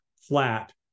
flat